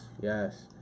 yes